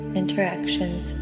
interactions